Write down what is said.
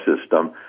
system